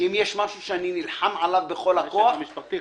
שאם יש משהו שאני נלחם עליו בכל הכוח --- זה המשק המשפחתי,